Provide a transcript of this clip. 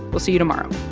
we'll see you tomorrow